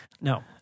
No